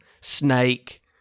snake